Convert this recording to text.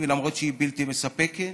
למרות שהיא בלתי מספקת